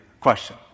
question